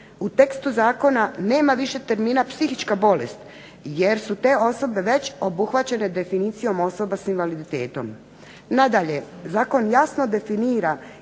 U tekstu zakona nema više termina psihička bolest jer su te osobe već obuhvaćene definicijom osobama s invaliditetom. Nadalje Zakon jasno definira